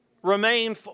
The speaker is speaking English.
Remain